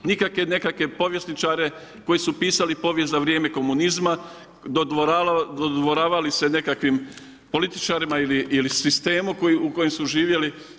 Nikakve nekakve povjesničare koji su pisali povijest za vrijeme komunizma, dodvoravali se nekakvim političarima ili sistemu u kojem su živjeli.